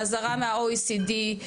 האזהרה מה- OECD ,